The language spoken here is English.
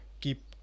keep